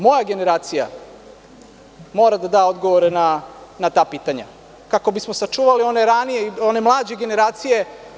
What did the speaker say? Moja generacija mora da da odgovore na ta pitanja, kako bismo sačuvali one mlađe generacije.